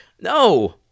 No